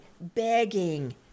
begging